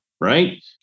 right